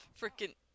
freaking